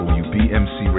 wbmc